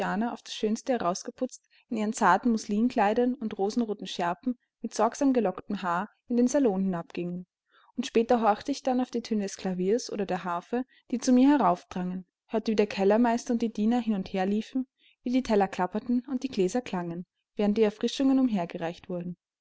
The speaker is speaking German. auf das schönste herausgeputzt in ihren zarten muslinkleidern und rosenroten schärpen mit sorgsam gelocktem haar in den salon hinabgingen und später horchte ich dann auf die töne des klaviers oder der harfe die zu mir herauf drangen hörte wie der kellermeister und die diener hin und her liefen wie die teller klapperten und die gläser klangen während die erfrischungen umher gereicht wurden